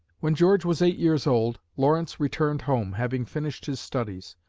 when george was eight years old, lawrence returned home, having finished his studies.